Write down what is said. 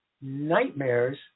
nightmares